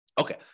Okay